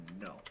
no